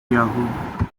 yahoo